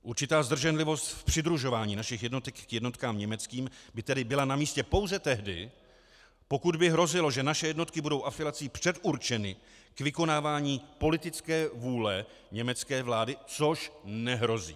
Určitá zdrženlivost v přidružování našich jednotek k jednotkám německým by tedy byla namístě pouze tehdy, pokud by hrozilo, že naše jednotky budou afilací předurčeny k vykonávání politické vůle německé vlády, což nehrozí.